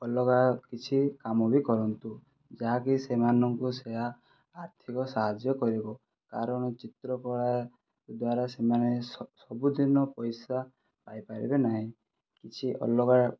ଅଲଗା କିଛି କାମ ବି କରନ୍ତୁ ଯାହାକି ସେମାନଙ୍କୁ ସେୟା ଆର୍ଥିକ ସାହାଯ୍ୟ କରିବ କାରଣ ଚିତ୍ର କଳା ଦ୍ଵାରା ସେମାନେ ସବୁଦିନ ପଇସା ପାଇ ପାରିବେ ନାହିଁ କିଛି ଅଲଗା